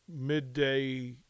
midday